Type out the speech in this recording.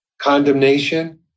condemnation